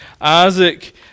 Isaac